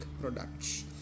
products